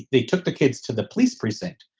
they took the kids to the police precinct,